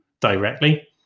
directly